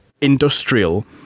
industrial